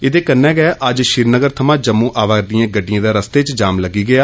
एहदे कन्नै अज्ज श्रीनगर थमां जम्मु आवार दियें गड़डियें दा रस्ते च जाम लग्गी गेया